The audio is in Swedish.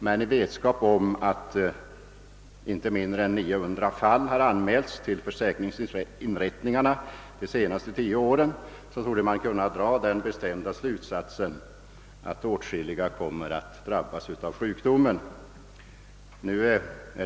Men i vetskap om att 900 fall anmälts till försäkringsinrättningarna under de senaste tio åren torde man kunna dra den bestämda slutsatsen, att åtskilliga kommer att drabbas av sjukdomen.